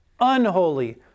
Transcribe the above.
Unholy